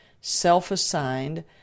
self-assigned